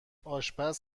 آشپز